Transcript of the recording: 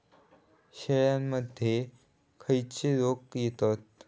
शेळ्यामध्ये खैचे रोग येतत?